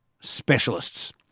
specialists